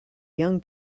young